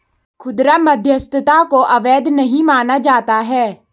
खुदरा मध्यस्थता को अवैध नहीं माना जाता है